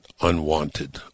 unwanted